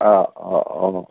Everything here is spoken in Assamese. অঁ অঁ অঁ